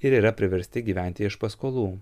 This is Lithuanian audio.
ir yra priversti gyventi iš paskolų